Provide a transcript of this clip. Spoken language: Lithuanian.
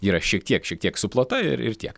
ji yra šiek tiek šiek tiek suplota ir ir tiek